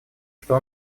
что